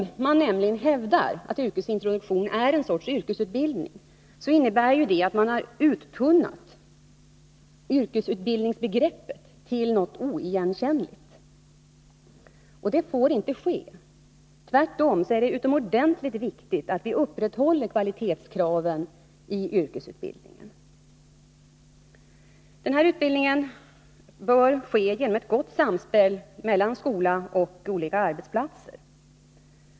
Om man hävdar att yrkesintroduktionen är ett slags yrkesutbildning har man uttunnat yrkesutbildningsbegreppet till det oigenkännliga. Det får inte ske. Tvärtom är det utomordentligt viktigt att vi upprätthåller kvalitetskraven i yrkesutbildningen. Yrkesutbildning bör bedrivas i ett gott samspel mellan skolan och olika arbetsplatser.